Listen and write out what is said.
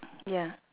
ya